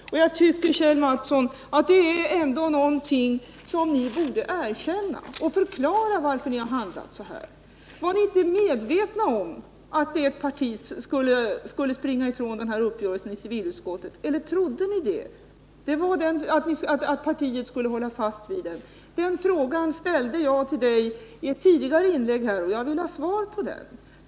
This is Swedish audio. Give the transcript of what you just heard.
Ni borde, Kjell Mattsson, erkänna detta och förklara varför ni har handlat så. Var ni medvetna om att ert parti skulle springa ifrån denna uppgörelse senare, redan när ni gjorde upp i civilutskottet eller trodde ni att centerpartiet skulle hålla fast vid den? Den frågan ställde jag till Kjell Mattsson i ett tidigare inlägg, och jag vill ha svar på den.